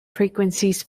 frequencies